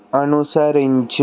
అనుసరించు